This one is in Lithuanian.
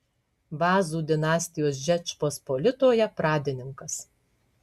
vazų dinastijos žečpospolitoje pradininkas